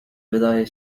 wydaje